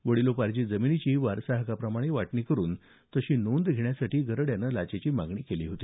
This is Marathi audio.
वडिलोपार्जित जमिनीची वारसाहक्काप्रमाणे वाटणी करून तशी नोंद घेण्यासाठी गरड यानं लाचेची मागणी केली होती